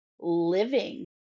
living